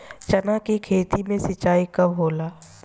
चना के खेत मे सिंचाई कब होला?